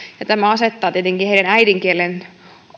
ja tämä asettaa tietenkin heidän äidinkielen